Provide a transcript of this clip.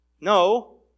No